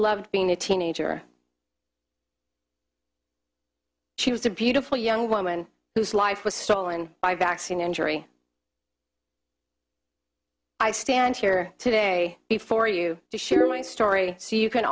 loved being a teenager she was a beautiful young woman whose life was stolen by vaccine injury i stand here today before you share my story so you can